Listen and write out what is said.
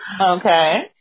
okay